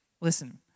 listen